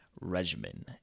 regimen